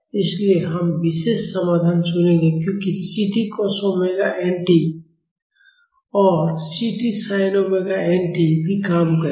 इसलिए हम विशेष समाधान चुनेंगे क्योंकि C t cos omega n tCt cosωnt और C t sin omega n tCt sinωnt भी काम करेगा